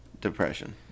Depression